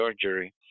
surgery